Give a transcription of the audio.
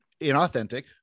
inauthentic